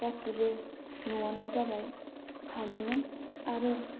गासैबो न'आनो जाबाय हानिमोन आरो